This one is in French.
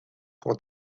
pour